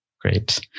Great